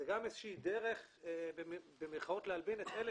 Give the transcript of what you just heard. זו גם איזה שהיא דרך במרכאות להלבין את אלה